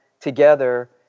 together